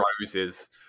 Rose's